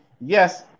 yes